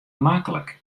maklik